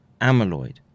amyloid